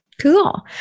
Cool